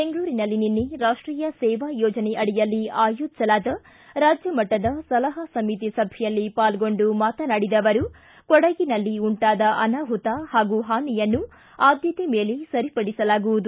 ಬೆಂಗಳೂರಿನಲ್ಲಿ ನಿನ್ನೆ ರಾಷ್ಟೀಯ ಸೇವಾ ಯೋಜನೆ ಅಡಿಯಲ್ಲಿ ಆಯೋಜಿಸಲಾದ ರಾಜ್ಯ ಮಟ್ಟದ ಸಲಹಾ ಸಮಿತಿ ಸಭೆಯಲ್ಲಿ ಪಾಲ್ಗೊಂಡು ಮಾತನಾಡಿದ ಅವರು ಕೊಡಗಿನಲ್ಲಿ ಉಂಟಾದ ಅನಾಹುತ ಹಾಗೂ ಹಾನಿಯನ್ನು ಆದ್ದತೆ ಮೇಲೆ ಸರಿಪಡಿಸಲಾಗುವುದು